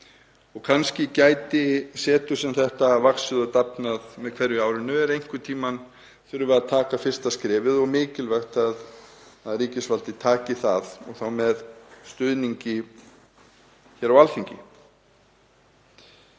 og kannski gæti setur sem þetta vaxið og dafnað með hverju árinu. Einhvern tímann þurfum við að stíga fyrsta skrefið og það er mikilvægt að ríkisvaldið stígi það og þá með stuðningi hér á Alþingi.